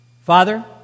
Father